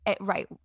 right